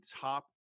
top